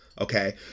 okay